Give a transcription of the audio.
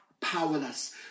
powerless